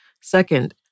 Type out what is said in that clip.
Second